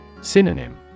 Synonym